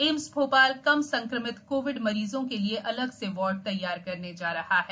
AIIMS Bhopal कम संक्रमित covid मरीजों के लिए अलग से वार्ड तैयार करने जा रहा है